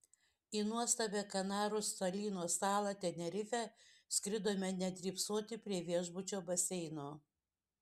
į nuostabią kanarų salyno salą tenerifę skridome ne drybsoti prie viešbučio baseino